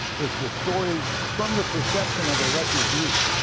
is the story from the perception of the refugees.